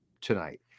tonight